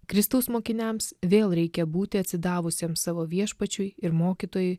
kristaus mokiniams vėl reikia būti atsidavusiems savo viešpačiui ir mokytojui